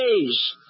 days